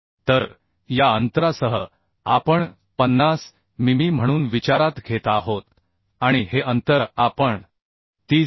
तर या अंतरासह आपण 50 मिमी म्हणून विचारात घेत आहोत आणि हे अंतर आपण 30 मि